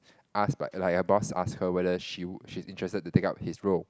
asked but like her boss ask her whether she she's interested to take up his role